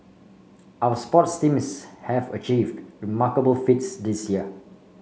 our sports teams have achieved remarkable feats this year